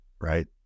right